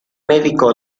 médico